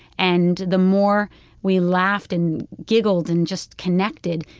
and the more we laughed and giggled and just connected,